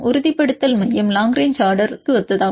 உறுதிப்படுத்தல் மையம் long range order க்கு ஒத்ததாகும்